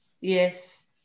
Yes